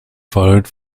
followed